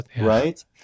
right